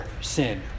sin